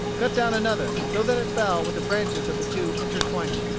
cut down another, so that it fell with the branches of the two intertwining.